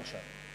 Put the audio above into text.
למשל,